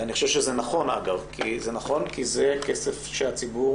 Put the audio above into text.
אני חושב שזה נכון, אגב, כי זה כסף שהציבור